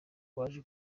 baje